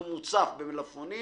הוא מוצף במלפפונים,